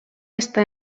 està